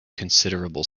considerable